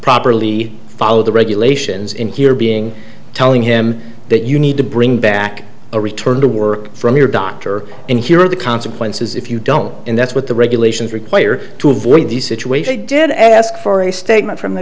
properly follow the regulations in here being telling him that you need to bring back a return to work from your doctor and here are the consequences if you don't and that's what the regulations require to avoid the situation did ask for a statement from the